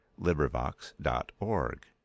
LibriVox.org